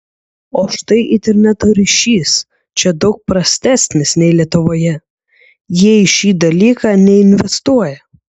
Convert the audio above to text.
o štai interneto ryšys čia daug prastesnis nei lietuvoje jie į šį dalyką neinvestuoja